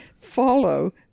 follow